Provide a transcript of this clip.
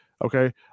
Okay